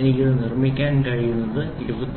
എനിക്ക് ഇത് നിർമ്മിക്കാൻ കഴിയുന്നത് 23